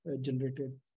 generated